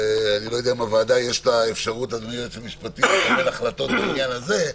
לא יודע אם לוועדה יש אפשרות לקבל החלטות בעניין הזה,